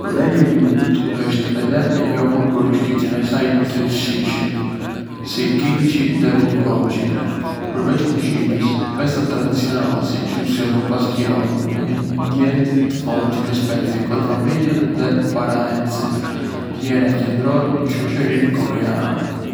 Koreja e Jugut është edhé e njohur për ushqimin e saj të shijshëm, si kimchi dhe bulgogi. Përveç kuzhinës, festat tradicionale si Chuseok pasqyrojnë një ndjenjë të fortë respekti për familjen dhe paraardhësit, vlera qendrore në shoçërinë koreane.